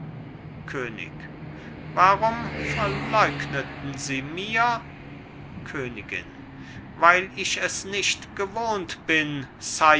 könig warum verleugneten sie mir königin weil ich es nicht gewohnt bin